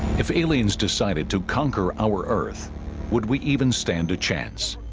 if aliens decided to conquer our earth would we even stand a chance?